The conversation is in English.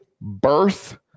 birth